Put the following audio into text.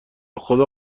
خدا